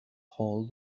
hold